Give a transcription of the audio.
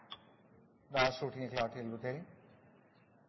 Da er Stortinget klare til votering.